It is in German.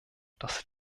das